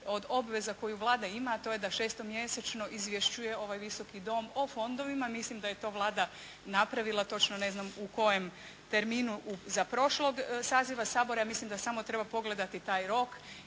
od obveza koju Vlada ima, a to je da šestomjestočno izvješćuje ovaj Visoki dom o fondovima. Mislim da je to Vlada napravila, točno ne znam u kojem terminu za prošlog saziva Sabora, ja mislim da samo treba pogledati taj rok